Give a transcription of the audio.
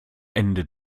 ende